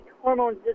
hormones